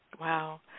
Wow